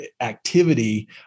activity